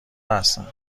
هستن